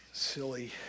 silly